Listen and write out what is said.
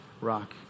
rock